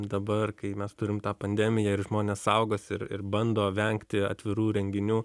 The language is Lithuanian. dabar kai mes turim tą pandemiją ir žmonės saugosi ir ir bando vengti atvirų renginių